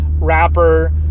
rapper